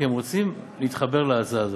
כי הם רוצים להתחבר להצעה הזאת.